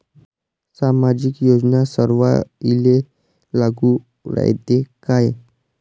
सामाजिक योजना सर्वाईले लागू रायते काय?